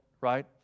right